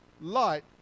light